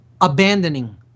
abandoning